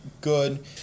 good